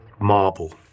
marble